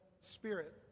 spirit